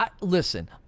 Listen